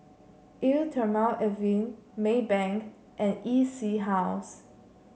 Eau Thermale Avene Maybank and E C House